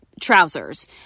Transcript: trousers